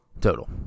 Total